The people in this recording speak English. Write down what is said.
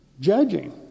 judging